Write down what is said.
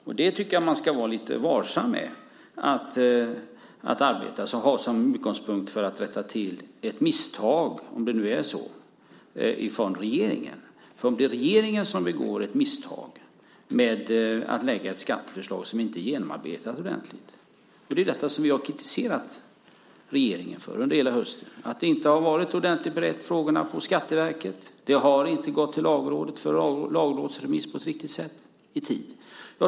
Jag tycker att man ska vara lite varsam med utgångspunkten för sitt arbete om det gäller att rätta till ett misstag, om det nu är så, om det är regeringen som begått ett misstag genom att lägga fram ett skatteförslag som inte är ordentligt genomarbetat. Det är detta som vi har kritiserat regeringen för under hela hösten. Frågorna har inte varit ordentligt beredda på Skatteverket. Ärendet har inte remitterats till Lagrådet på ett riktigt sätt och i tid.